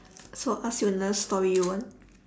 so I ask you a love story you want